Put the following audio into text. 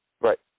Right